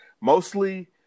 Mostly